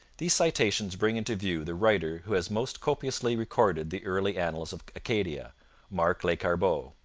these citations bring into view the writer who has most copiously recorded the early annals of acadia marc lescarbot.